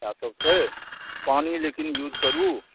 इएह सब छै पानि लेकिन यूज करू